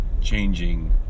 changing